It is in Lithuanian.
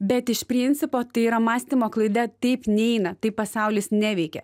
bet iš principo tai yra mąstymo klaida taip neina taip pasaulis neveikia